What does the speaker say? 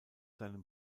seinem